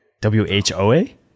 W-H-O-A